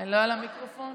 המיקרופונים